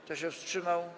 Kto się wstrzymał?